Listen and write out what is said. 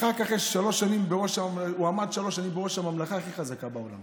אחר כך הוא עמד בראש הממלכה הכי חזקה בעולם,